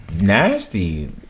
nasty